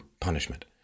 punishment